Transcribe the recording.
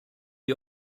die